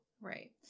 right